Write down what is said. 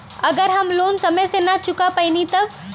अगर हम लोन समय से ना चुका पैनी तब?